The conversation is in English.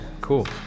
Cool